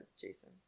Jason